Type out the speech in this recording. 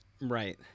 Right